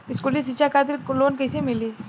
स्कूली शिक्षा खातिर लोन कैसे मिली?